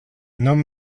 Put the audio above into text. non